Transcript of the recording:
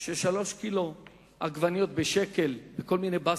של שלושה קילו עגבניות בשקל, בכל מיני בסטות.